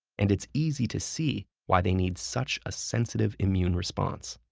and it's easy to see why they need such a sensitive immune response.